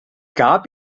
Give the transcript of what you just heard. gab